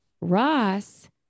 Ross